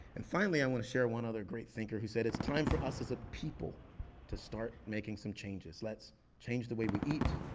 and finally i'm gonna share one other great thinker who said, it's time for us as a people to start making some changes. let's change the way we eat,